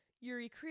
Yuri